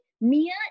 Mia